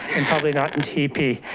and probably not in tp.